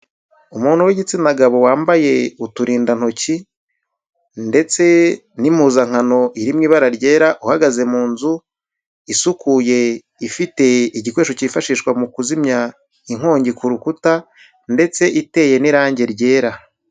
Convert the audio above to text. Umuntu w'igitsina gabo wambaye uturindantoki ndetse n'impuzankano iri mu ibara ryera uhagaze mu nzu, isukuye, ifite igikoresho cyifashishwa mu kuzimya inkongi ku rukuta ndetse iteye n'irangi ryera.